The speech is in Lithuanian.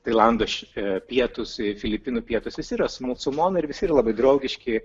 tailandas ši pietūs filipinų pietūs visi yra musulmonai ir visi yra labai draugiški